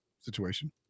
situation